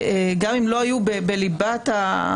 גם אם הם לא היו בליבת החוק,